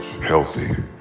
healthy